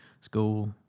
school